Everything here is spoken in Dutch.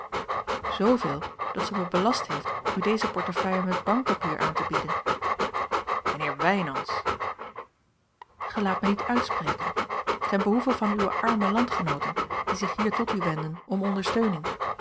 zooveel dat zij mij belast heeft u deze portefeuille met bankpapier aan te bieden mijnheer wijnands gij laat mij niet uitspreken ten behoeve van uwe arme landgenooten die zich hier tot u wenden om ondersteuning